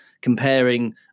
comparing